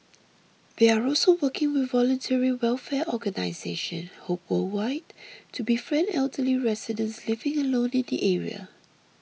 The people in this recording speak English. they are also working with voluntary welfare organisation hope worldwide to befriend elderly residents living alone in the area